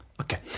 Okay